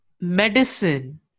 medicine